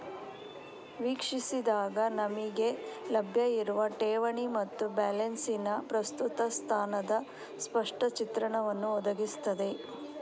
ವೀಕ್ಷಿಸಿದಾಗ ನಮಿಗೆ ಲಭ್ಯ ಇರುವ ಠೇವಣಿ ಮತ್ತೆ ಬ್ಯಾಲೆನ್ಸಿನ ಪ್ರಸ್ತುತ ಸ್ಥಾನದ ಸ್ಪಷ್ಟ ಚಿತ್ರಣವನ್ನ ಒದಗಿಸ್ತದೆ